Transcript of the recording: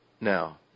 now